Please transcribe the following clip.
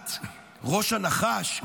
בהובלת ראש הנחש,